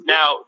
Now